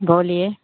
बोलिए